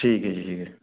ਠੀਕ ਹੈ ਠੀਕ ਹੈ